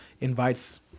invites